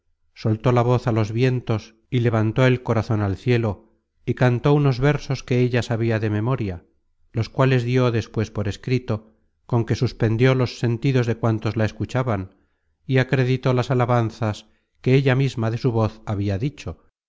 soltó la voz á los vientos y levantó el corazon al cielo y cantó unos versos que ella sabia de memoria los cuales dió despues por escrito con que suspendió los sentidos de cuantos la escuchaban y acreditó las alabanzas que ella misma de su voz habia dicho